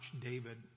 David